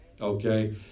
okay